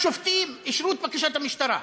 שלושה שופטים אישרו את בקשת המשטרה.